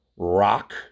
rock